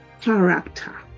character